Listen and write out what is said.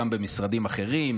וגם במשרדים אחרים,